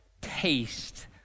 taste